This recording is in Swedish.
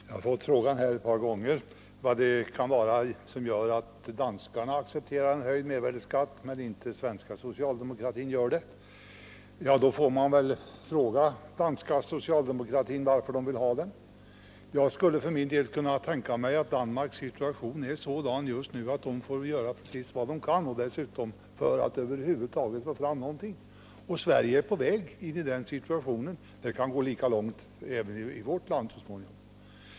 Herr talman! Jag har ett par gånger fått frågan vad det kan bero på att danskarna accepterar en höjd mervärdeskatt medan de svenska socialdemokraterna inte gör det. Ni får fråga danskarna varför de vill ha den. Jag skulle för min del kunna tänka mig att Danmarks situation just nu är sådan att de får göra allt de kan för att över huvud taget få fram någonting. Sverige är på väg in i den situationen. Det kan gå lika långt i vårt land så småningom.